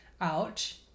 ouch